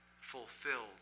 fulfilled